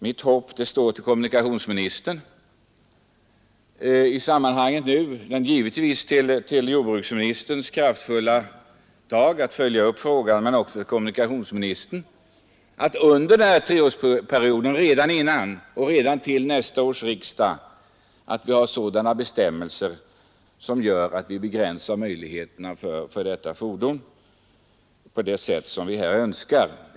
Mitt hopp står nu till jordbruksministerns kraftfulla uppföljning av frågan men också till kommunikationsministern. Jag hoppas att vi redan till nästa års riksdag får bestämmelser som gör det möjligt att begränsa användningen av detta fordon.